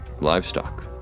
livestock